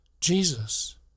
Jesus